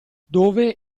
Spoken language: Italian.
dove